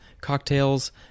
cocktails